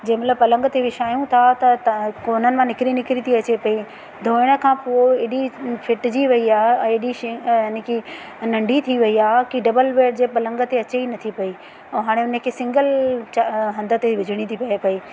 Gemmell पलंग ते विछायूं था त त कोननि मां निकिरी निकिरी थी अचे पई धुअण खां पोइ एॾी फिटजी वई आहे एॾी शइ यानी कि नंढी थी वई आहे कि डबल बैड जे पलंग ते अचे ई नथी पई ऐं हाणे हुन खे सिंगल च हंध ते विझणी थी पए पई